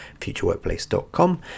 futureworkplace.com